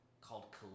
called